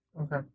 Okay